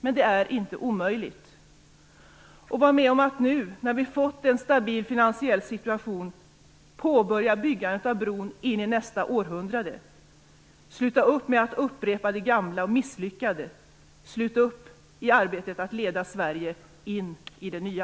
Men det är inte omöjligt. Var med, nu när vi fått en stabil finansiell situation, om att påbörja byggandet av bron in i nästa århundrade. Sluta upp med att upprepa det gamla och misslyckade. Slut upp i arbetet med att leda Sverige in i det nya.